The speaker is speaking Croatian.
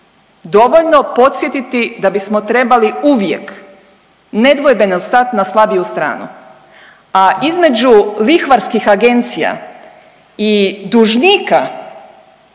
dovoljno podsjetiti da bismo trebali uvijek nedvojbeno stat na slabiju stranu, a između lihvarskih agencija i dužnika